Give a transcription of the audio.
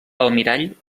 almirall